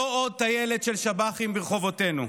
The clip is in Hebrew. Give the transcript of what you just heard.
לא עוד טיילת של שב"חים ברחובותינו,